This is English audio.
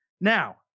Now